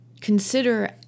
Consider